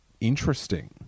interesting